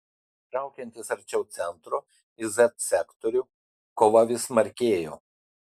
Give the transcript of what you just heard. traukiantis arčiau centro į z sektorių kova vis smarkėjo